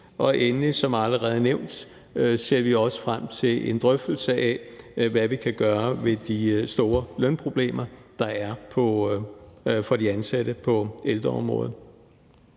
Og endelig, som allerede nævnt, ser vi også frem til en drøftelse af, hvad vi kan gøre ved de store lønproblemer, der er for de ansatte på ældreområdet.